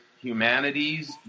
humanities